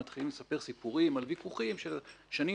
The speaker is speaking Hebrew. מתחילים לספר סיפורים על ויכוחים של שנים